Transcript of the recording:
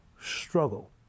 struggle